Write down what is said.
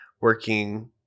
working